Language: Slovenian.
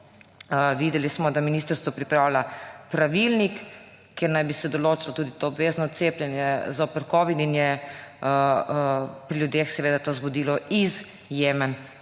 Videli smo, da ministrstvo pripravlja pravilnik, kjer naj bi se določilo tudi to obvezno cepljenje zoper covid in je pri ljudeh to vzbudilo izjemen strah.